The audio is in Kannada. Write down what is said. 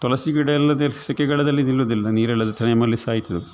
ತುಳಸಿ ಗಿಡ ಎಲ್ಲದೆ ಸೆಕೆಗಾಲದಲ್ಲಿ ನಿಲ್ಲೋದಿಲ್ಲ ನೀರಿಲ್ಲದ ಟೈಮಲ್ಲಿ ಸಾಯ್ತದದು